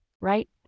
Right